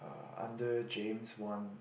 under James-Wan